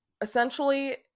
essentially